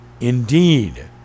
indeed